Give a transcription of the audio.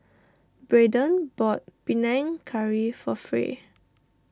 Brayden bought Panang Curry for Fay